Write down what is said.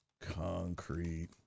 concrete